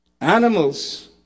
animals